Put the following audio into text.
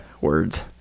Words